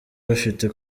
bafite